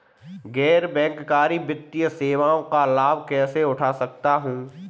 गैर बैंककारी वित्तीय सेवाओं का लाभ कैसे उठा सकता हूँ?